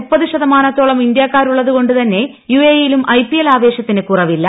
മുപ്പത് ശ്തമാനത്തോളം ഇന്ത്യക്കാരുള്ളതുകൊണ്ടുതന്നെ യുഎഇയിലും ഐപിൽ ആവേശത്തിന് കുറവില്ല